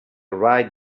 right